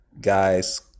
guys